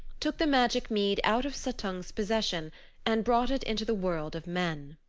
took the magic mead out of suttung's possession and brought it into the world of men.